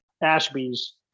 Ashby's